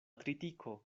tritiko